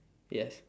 yes